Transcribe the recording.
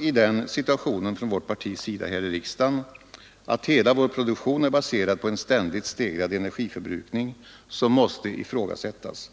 I den situationen framhölls det från vårt partis sida här i riksdagen att hela landets produktion är baserad på en ständigt stegrad energiförbrukning som måste ifrågasättas.